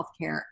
healthcare